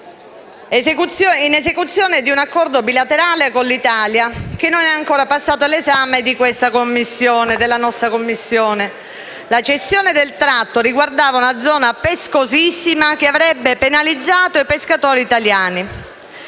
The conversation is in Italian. in esecuzione di un accordo bilaterale con l'Italia, che non è ancora passato all'esame della nostra Commissione. La cessione del tratto riguardava una zona pescosissima, che avrebbe penalizzato i pescatori italiani.